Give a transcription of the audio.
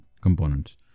components